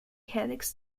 helix